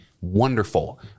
wonderful